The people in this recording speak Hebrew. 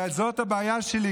זאת הבעיה שלי,